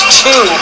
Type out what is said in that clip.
two